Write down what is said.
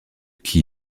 qui